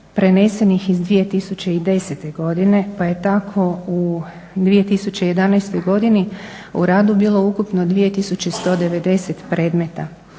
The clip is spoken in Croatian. prenesenih iz 2010. godine, pa je tako u 2011. godini u radu bilo ukupno 2190 predmeta.